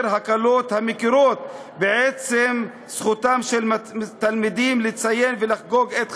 הקלות המכירות בעצם זכותם של תלמידים לציין ולחגוג את חגיהם,